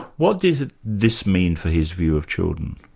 what does ah this mean for his view of children?